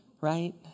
Right